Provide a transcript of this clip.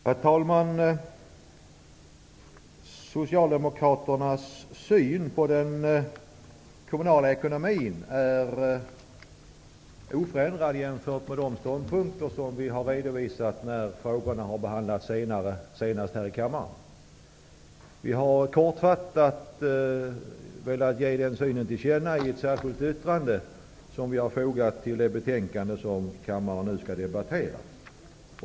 Herr talman! Socialdemokraternas syn på den kommunala ekonomin är oförändrad jämfört med de ståndpunkter som vi redovisade när dessa frågor senast behandlades här i kammaren. Vi har kortfattat velat ge den synen till känna i särskilt yttrande som vi har fogat till det betänkande som kammaren nu skall debattera.